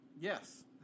Yes